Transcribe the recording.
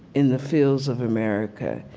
in the fields of america.